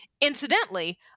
Incidentally